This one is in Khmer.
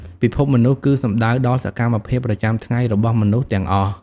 ពិភពមនុស្សគឺសំដៅដល់សកម្មភាពប្រចាំថ្ងៃរបស់មនុស្សទាំងអស់។